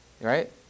Right